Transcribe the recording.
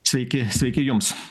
sveiki sveiki jums